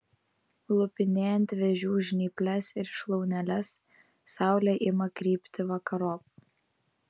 lupinėjant vėžių žnyples ir šlauneles saulė ima krypti vakarop